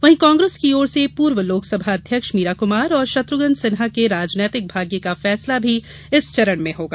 वहीं कांग्रेस की ओर से पूर्व लोकसभा अध्यक्ष मीरा कुमार और शत्र्घ्न सिन्हा के राजनीतिक भाग्य का फैसला भी इस चरण से होगा